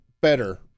better